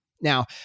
Now